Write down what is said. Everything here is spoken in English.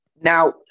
Now